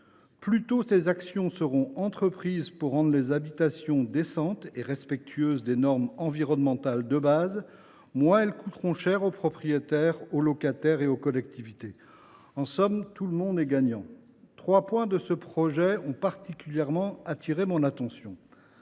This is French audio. Plus tôt ces actions seront mises en œuvre pour rendre les habitations décentes et respectueuses des normes environnementales de base, moins cher elles coûteront aux propriétaires, aux locataires et aux collectivités. En somme, tout le monde sera gagnant ! Trois points de ce projet de loi ont particulièrement attiré mon attention.